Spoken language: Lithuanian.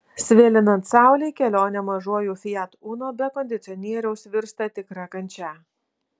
svilinant saulei kelionė mažuoju fiat uno be kondicionieriaus virsta tikra kančia